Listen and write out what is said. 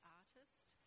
artist